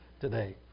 today